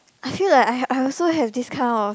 I feel like I I also have this kind of